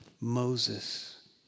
Moses